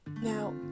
now